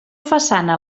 façana